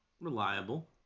reliable